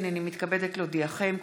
הינני מתכבדת להודיעכם,